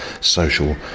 social